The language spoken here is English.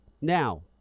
Now